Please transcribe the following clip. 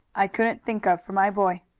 i couldn't think of for my boy.